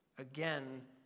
again